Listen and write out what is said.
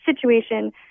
situation